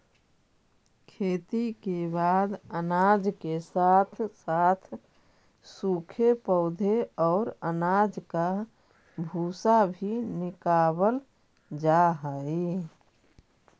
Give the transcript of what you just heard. खेती के बाद अनाज के साथ साथ सूखे पौधे और अनाज का भूसा भी निकावल जा हई